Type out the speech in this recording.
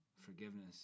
Forgiveness